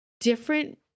different